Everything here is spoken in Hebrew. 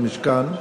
למשכן,